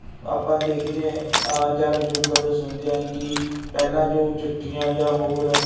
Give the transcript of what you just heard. ਆਪਾਂ ਦੇਖਦੇ ਹਾਂ ਜਾਂ ਬਜ਼ੁਰਗਾਂ ਤੋਂ ਸੁਣਦੇ ਹਾਂ ਕਿ ਪਹਿਲਾਂ ਜੋ ਚਿੱਠੀਆਂ ਜਾਂ ਹੋਰ